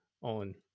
on